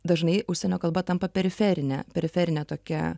dažnai užsienio kalba tampa periferine periferine tokia